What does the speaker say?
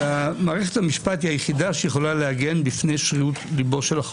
מערכת המשפט היא היחידה שיכולה להגן מפני שרירות לבו של החוק.